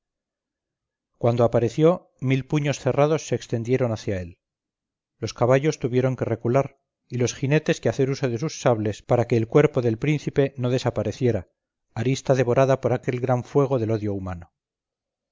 cuando apareció mil puños cerrados se extendieron hacia él los caballos tuvieron que recular y los jinetes que hacer uso de sus sables para que el cuerpo del príncipe no desapareciera arista devorada por aquel gran fuego del odio humano